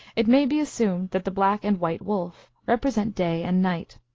it may be assumed that the black and white wolf represent day and night.